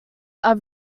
are